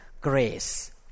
Grace